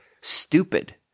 stupid